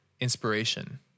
inspiration